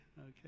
okay